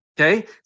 Okay